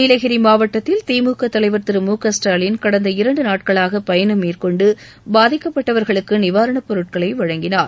நீலகிரி மாவட்டத்தில் திமுக தலைவர் திரு மு க ஸ்டாலின் கடந்த இரண்டு நாட்களாக பயணம் மேற்கொண்டு பாதிக்கப்பட்டவர்களுக்கு நிவாரணப் பொருட்களை வழங்கினார்